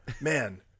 Man